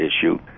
issue